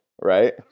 right